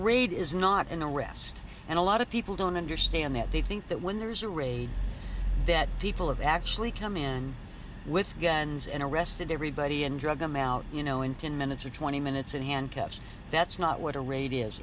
raid is not an arrest and a lot of people don't understand that they think that when there's a raid that people have actually come in with guns and arrested everybody and drive them out you know in ten minutes or twenty minutes in handcuffs that's not what a ra